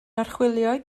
archwilio